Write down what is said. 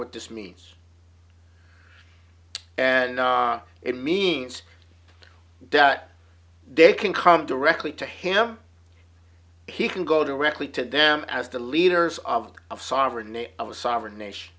what this means and it means that they can come directly to him he can go directly to them as the leaders of the of sovereign nation